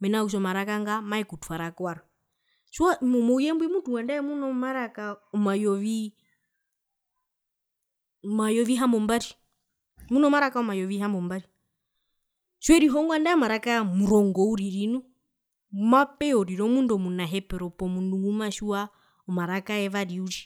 mena rokutja omaraka nga maekutwara kwarwe tjiwa mouye mbwi mutu andae muno maraka omayovi omayovi hambombari muno maraka omayovi hambombari tjiwerihongo nangae omaraka omurongo uriri mapeya orire omundu omuna hepero pomundu ngumatjiwa omaraka yevari uriri.